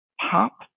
pop